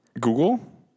Google